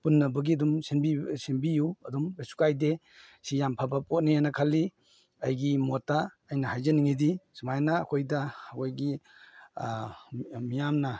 ꯄꯨꯟꯅꯕꯒꯤ ꯑꯗꯨꯝ ꯁꯣꯝꯕꯤꯎ ꯑꯗꯨꯝ ꯀꯩꯁꯨ ꯀꯥꯏꯗꯦ ꯁꯤ ꯌꯥꯝ ꯐꯕ ꯄꯣꯠꯅꯦꯅ ꯈꯜꯂꯤ ꯑꯩꯒꯤ ꯃꯣꯠꯇ ꯑꯩꯅ ꯍꯥꯏꯖꯅꯤꯡꯏꯗꯤ ꯁꯨꯃꯥꯏꯅ ꯑꯩꯈꯣꯏꯗ ꯑꯩꯈꯣꯏꯒꯤ ꯃꯤꯌꯥꯝꯅ